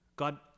God